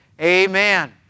Amen